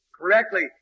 Correctly